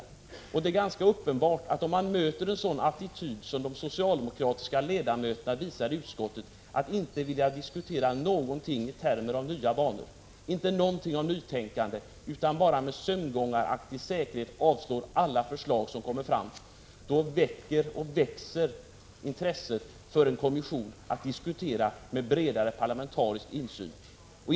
De socialdemokratiska utskottsledamöternas attityd — de vill ju inte föra några diskussioner om en utveckling i nya banor eller om ett nytänkande, utan sömngångaraktigt avslår de bara alla förslag — gör att intresset för en kommission med bredare parlamentarisk insyn växer.